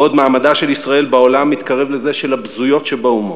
בעוד מעמדה של ישראל בעולם מתקרב לזה של הבזויות שבאומות.